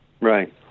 Right